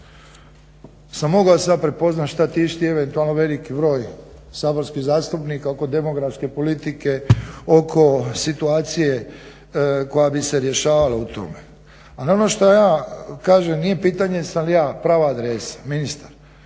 sam mogao sad prepoznat šta tišti eventualno veliki broj saborskih zastupnika oko demografske politike, oko situacije koja bi se rješavala u tome. Ali ono šta ja kažem nije pitanje jesam li ja na pravoj adresi, ministar,